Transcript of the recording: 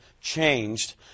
changed